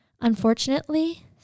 Unfortunately